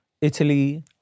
Italy